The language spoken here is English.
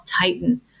tighten